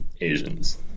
asians